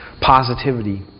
positivity